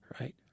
right